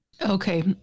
Okay